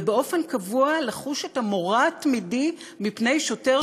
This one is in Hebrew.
ובאופן קבוע לחוש את המורא התמידי מפני שוטר